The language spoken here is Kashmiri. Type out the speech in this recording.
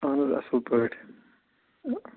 اَہَن حظ اَصٕل پٲٹھۍ